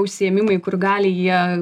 užsiėmimai kur gali jie